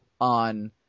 on